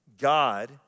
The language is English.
God